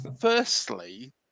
firstly